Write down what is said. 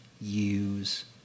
use